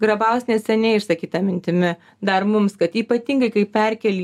grabaus neseniai išsakyta mintimi dar mums kad ypatingai kai perkeli